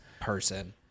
person